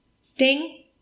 Sting